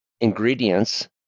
ingredients